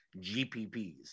gpps